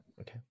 Okay